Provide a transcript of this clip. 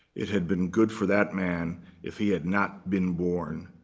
it had been good for that man if he had not been born.